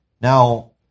Now